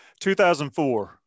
2004